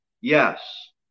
Yes